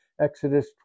Exodus